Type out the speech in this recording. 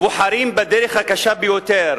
בוחרים בדרך הקשה ביותר